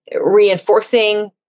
reinforcing